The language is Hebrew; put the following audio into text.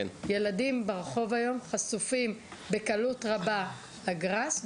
ילדים ברחוב היום חשופים בקלות רבה לגראס,